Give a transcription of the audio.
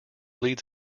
leads